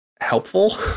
helpful